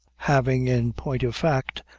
having, in point of fact,